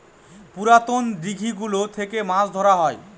পুরাতন দিঘি গুলো থেকে মাছ ধরা হয়